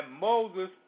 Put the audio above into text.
Moses